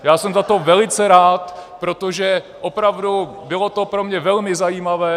Já jsem za to velice rád, protože opravdu bylo to pro mě velmi zajímavé.